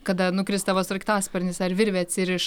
kada nukris tavo sraigtasparnis ar virvė atsiriš